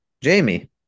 Jamie